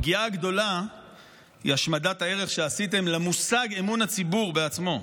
הפגיעה הגדולה היא השמדת הערך שעשיתם למושג "אמון הציבור" עצמו,